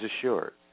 assured